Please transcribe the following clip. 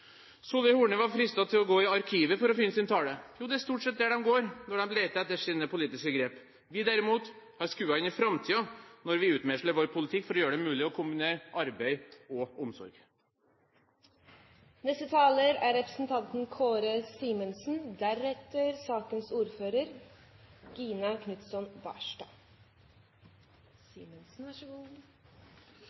Horne var fristet til å gå i arkivet for å finne sin tale. Det er jo stort sett dit de går når de leter etter sine politiske grep. Vi, derimot, har skuet inn i framtiden når vi utmeisler vår politikk for å gjøre det mulig å kombinere arbeid og omsorg. I dag var det artig å gå over Egertorget og bli møtt med kake, for det var en god